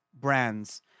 brands